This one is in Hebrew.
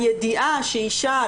הידיעה שאישה,